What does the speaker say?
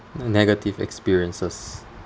negative experiences